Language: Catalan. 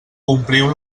ompliu